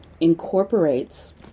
incorporates